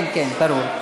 כן, כן, ברור.